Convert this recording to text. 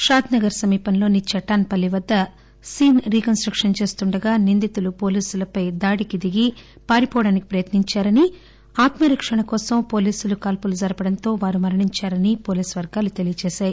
షాద్ నగర్ సమీపంలోని చటాన్ పల్లి వద్ద scene reconstruction చేస్తుండగా నిందితులు పోలీసులపై దాడికి దిగి పారిపోవడానికి ప్రయత్ని ంచారనీ ఆత్మరక్షణ కోసం పోలీసులు కాల్సులు జరపడంతో వారు మరణించారనీ పోలీస్ వర్గాలు తెలిపాయి